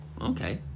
okay